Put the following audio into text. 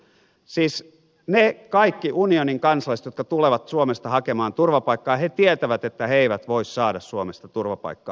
siis ne kaikki unionin kansalaiset jotka tulevat suomesta hakemaan turvapaikkaa tietävät että he eivät voi saada suomesta turvapaikkaa